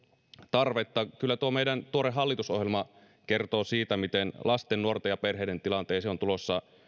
tarvetta kyllä tuo meidän tuore hallitusohjelmamme kertoo siitä miten lasten nuorten ja perheiden tilanteeseen on tulossa